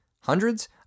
hundreds